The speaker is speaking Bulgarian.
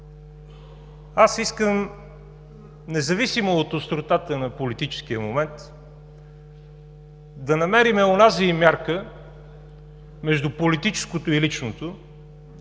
Искам, независимо от остротата на политическия момент, да намерим онази мярка между политическото и личното,